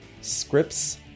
Scripts